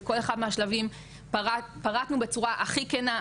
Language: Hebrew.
בכל אחד מהשלבים פרטנו בצורה הכי כנה,